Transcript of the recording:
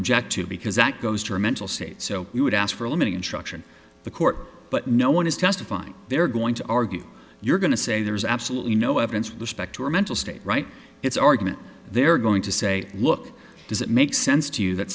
object to because that goes to her mental state so we would ask for a limited instruction the court but no one is testifying they're going to argue you're going to say there's absolutely no evidence respect to her mental state right it's argument they're going to say look does it make sense to you that